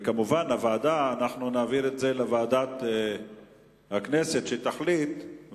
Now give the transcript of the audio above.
אנחנו נעביר את זה לוועדת הכנסת שתחליט,